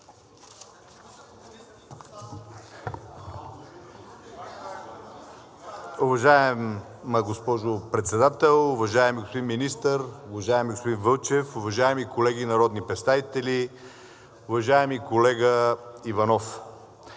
Уважаема госпожо Председател, уважаеми господин министър, уважаеми господин Вълчев, уважаеми колеги народни представители, уважаеми колега Иванов!